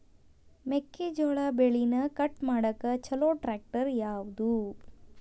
ಮೆಕ್ಕೆ ಜೋಳ ಬೆಳಿನ ಕಟ್ ಮಾಡಾಕ್ ಛಲೋ ಟ್ರ್ಯಾಕ್ಟರ್ ಯಾವ್ದು?